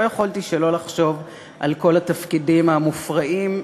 לא יכולתי שלא לחשוב על כל התפקידים המופרעים,